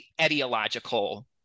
ideological